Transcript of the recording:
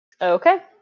okay